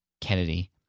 kennedy